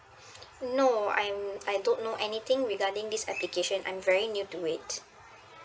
no I'm I don't know anything regarding this application I'm very new to it